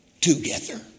Together